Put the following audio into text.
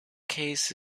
case